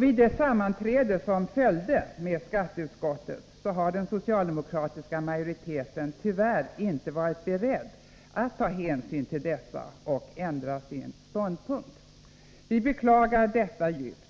Vid det sammanträde som följde med skatteutskottet har den socialdemokratiska majoriteten tyvärr inte varit beredd att ta hänsyn till dessa fakta och ändra sin ståndpunkt. Vi beklagar detta djupt.